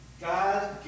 God